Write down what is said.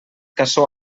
cassó